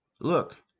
Look